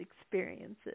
experiences